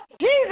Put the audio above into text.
Jesus